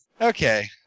Okay